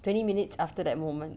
twenty minutes after that moment